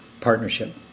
partnership